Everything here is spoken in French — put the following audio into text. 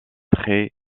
très